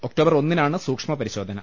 October ഒന്നിനാണ് സൂക്ഷ്മ പരിശോധന